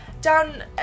Down